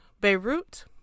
Beirut